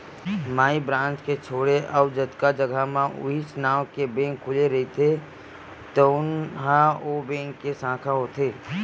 माई branch के छोड़े अउ जतका जघा म उहींच नांव के बेंक खुले रहिथे तउन ह ओ बेंक के साखा होथे